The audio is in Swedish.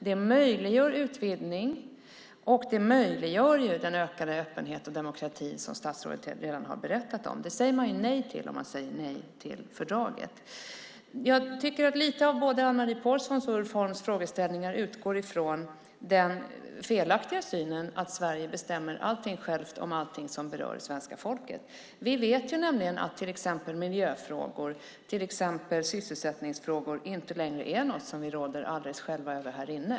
Det möjliggör utvidgning, och det möjliggör den ökade öppenhet och demokrati som statsrådet redan har berättat om. Det säger man nej till om man säger nej till fördraget. Jag tycker att lite av både Ann-Marie Pålssons och Ulf Holms frågeställningar utgår från den felaktiga synen att Sverige bestämmer allting självt om allting som berör svenska folket. Vi vet nämligen att till exempel miljöfrågor och sysselsättningsfrågor inte längre är något som vi här inne råder alldeles själva över.